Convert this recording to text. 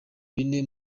bine